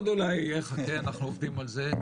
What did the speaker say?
אנחנו עובדים על זה.